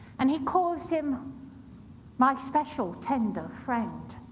and he calls him my special, tender friend.